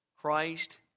Christ